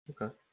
Okay